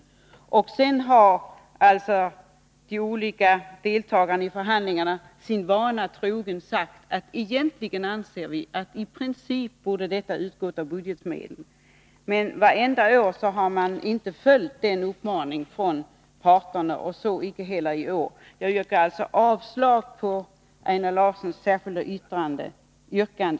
Sedan har alltså de olika deltagarna i förhandlingarna sin vana trogen sagt att de egentligen anser att i princip detta borde betalas av budgetmedel. Men inte något år har man följt denna uppmaning från parterna, och så icke heller i år. Jag yrkar alltså avslag på Einar Larssons särskilda yrkande.